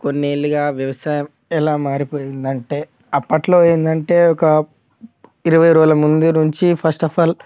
కొన్ని ఏళ్ళుగా వ్యవసాయం ఎలా మారిపోయింది అంటే అప్పట్లో ఏంటంటే ఒక ఇరవై రోజుల ముందు నుంచి ఫస్ట్ ఆఫ్ అల్